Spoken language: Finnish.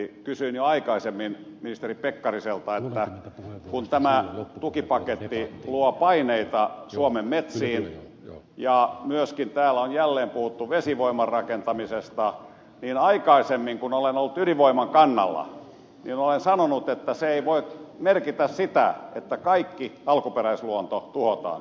kysyin jo aikaisemmin ministeri pekkariselta että kun tämä tukipaketti luo paineita suomen metsiin ja myöskin täällä on jälleen puhuttu vesivoiman rakentamisesta niin aikaisemmin kun olen ollut ydinvoiman kannalla niin olen sanonut että se ei voi merkitä sitä että koko alkuperäisluonto tuhotaan